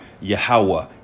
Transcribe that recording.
Yahweh